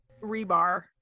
rebar